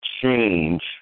change